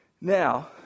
Now